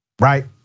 right